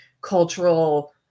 cultural